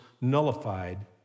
nullified